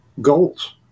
goals